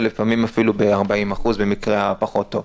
ולפעמים אפילו ב-40% במקרה הפחות טוב.